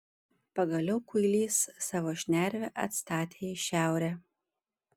pagaliau kuilys savo šnervę atstatė į šiaurę